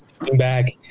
back